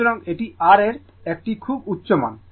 সুতরাং এটি R এর একটি খুব উচ্চ মান